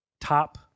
top